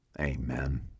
Amen